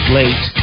late